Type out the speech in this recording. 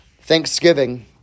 Thanksgiving